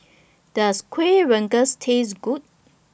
Does Kuih Rengas Taste Good